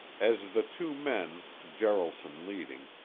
as the two men, jaralson leading,